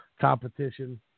competition